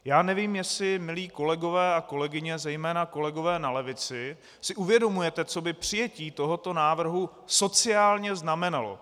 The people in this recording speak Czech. Já nevím, jestli si, milí kolegové a kolegyně, zejména kolegové na levici, uvědomujete, co by přijetí tohoto návrh sociálně znamenalo.